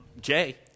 jay